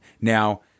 now